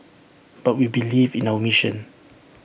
but we believe in our mission